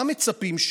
מה מצפים,